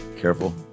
careful